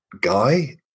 guy